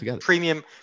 premium